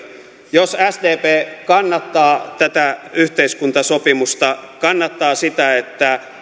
jos sdp kannattaa tätä yhteiskuntasopimusta kannattaa sitä että